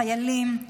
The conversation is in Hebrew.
חיילים,